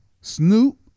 Snoop